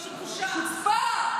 פשוט בושה.